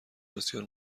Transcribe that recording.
بسیار